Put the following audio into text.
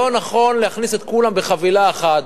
לא נכון להכניס את כולם בחבילה אחת.